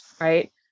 right